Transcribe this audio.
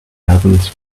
heavens